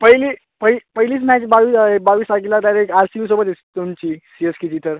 पहिली पइ पहिलीच मॅच बावीस आहे बावीस तारखेला डायरेक्ट आर सी बीसोबत आहे तुमची सी एस केची तर